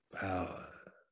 power